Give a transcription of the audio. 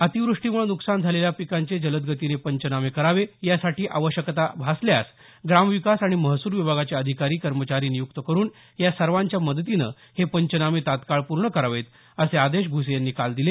अतिवृष्टीमुळे नुकसान झालेल्या पिकांचे जलदगतीने पंचनामे करावे यासाठी आवश्यकता भासल्यास ग्रामविकास आणि महसूल विभागाचे अधिकारी कर्मचारी नियुक्त करुन या सर्वाँच्या मदतीने हे पंचनामे तात्काळ पूर्ण करावेत असे आदेश भूसे यांनी दिले